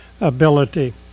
ability